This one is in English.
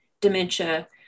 dementia